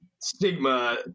stigma –